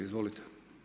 Izvolite.